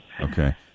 Okay